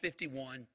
51